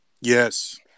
Yes